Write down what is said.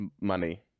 money